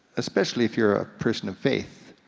especially if you're a person of faith,